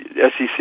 SEC